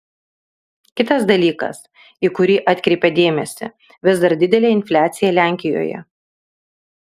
kitas dalykas į kurį atkreipia dėmesį vis dar didelė infliacija lenkijoje